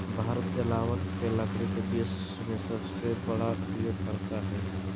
भारत जलावन के लकड़ी के विश्व में सबसे बड़ा उपयोगकर्ता हइ